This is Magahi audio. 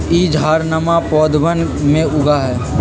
ई झाड़नमा पौधवन में उगा हई